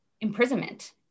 imprisonment